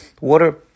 water